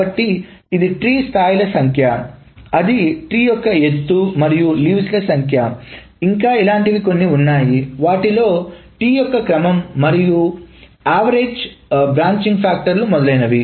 కాబట్టి ఇది ట్రీ స్థాయిల సంఖ్య అది ట్రీ యొక్క ఎత్తు మరియు లీవ్స్ సంఖ్య ఇంకా ఇలాంటివి కొన్ని ఉన్నాయి వాటిలో ట్రీ యొక్క క్రమం మరియు సగటు శాఖల కారకం మొదలైనవి